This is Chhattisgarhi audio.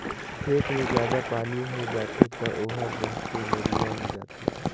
खेत मे जादा पानी होय जाथे त ओहर बहके नरूवा मे जाथे